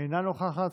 אינה נוכחת,